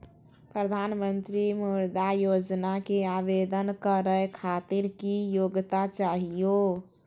प्रधानमंत्री मुद्रा योजना के आवेदन करै खातिर की योग्यता चाहियो?